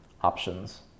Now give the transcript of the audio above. options